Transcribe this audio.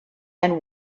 and